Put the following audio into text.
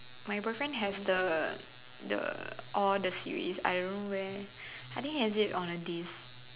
my boyfriend has the the all the series I don't know where I think he has it on a disc